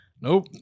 Nope